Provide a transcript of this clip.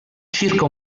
circa